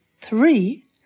Three